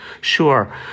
Sure